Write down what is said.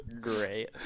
great